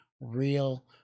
real